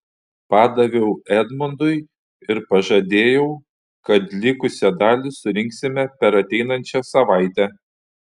padaviau edmundui ir pažadėjau kad likusią dalį surinksime per ateinančią savaitę